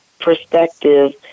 perspective